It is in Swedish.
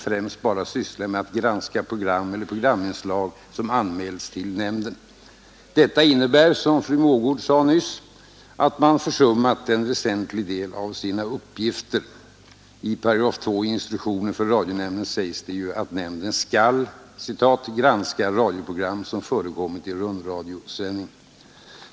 främst sysslar med att granska program eller programinslag som anmälts till nämnden. Detta skulle innebära, som fru Mogård sade nyss, att man försummat en väsentlig del av sina uppgifter. I 2 § i instruktionen för radionämnden sägs det att nämnden skall ”granska radioprogram som förekommit i rundradioutsändning”.